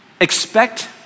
expect